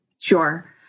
Sure